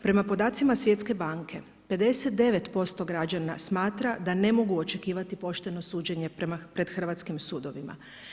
Prema podacima Svjetske banke 59% građana smatra da ne mogu očekivati pošteno suđenje pred hrvatskim sudovima.